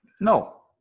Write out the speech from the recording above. no